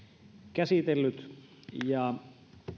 käsitellyt